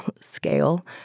scale